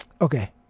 Okay